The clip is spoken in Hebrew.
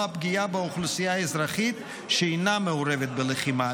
פגיעה באוכלוסייה אזרחית שאינה מעורבת בלחימה,